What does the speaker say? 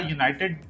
United